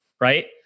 Right